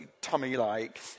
tummy-like